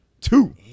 Two